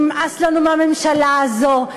נמאס לנו מהממשלה הזו,